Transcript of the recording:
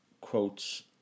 quotes